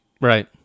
right